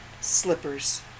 slippers